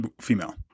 female